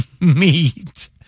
meat